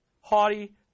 haughty